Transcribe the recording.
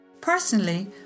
Personally